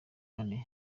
kane